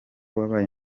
wabaye